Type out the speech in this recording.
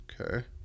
Okay